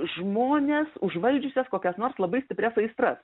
žmones užvaldžiusias kokias nors labai stiprias aistras